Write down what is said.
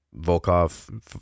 Volkov